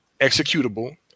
executable